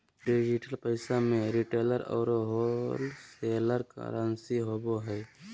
digital पैसा में retailer औरो होलसेलर करंसी होवो हइ